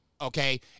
okay